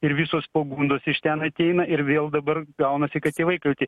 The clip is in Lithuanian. ir visos pagundos iš ten ateina ir vėl dabar gaunasi kad tėvai kalti